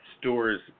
stores